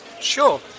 Sure